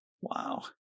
Wow